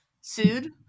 sued